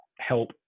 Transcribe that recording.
help